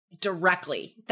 Directly